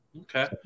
Okay